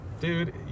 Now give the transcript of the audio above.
Dude